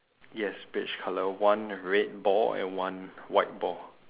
yes beige color one red ball and one white ball